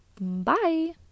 bye